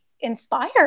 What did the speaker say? inspired